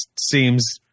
Seems